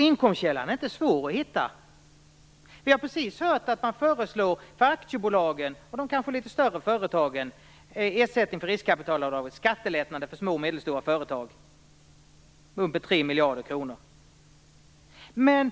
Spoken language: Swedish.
Inkomstkällan är inte svår att hitta. Vi har precis hört att man för aktiebolagen och de kanske litet större företagen som ersättning för riskkapitalavdraget föreslår skattelättnader på 3 miljarder kronor för små och medelstora företag. Men